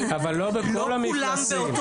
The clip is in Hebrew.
אבל לא בכל המפלסים.